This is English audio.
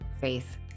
faith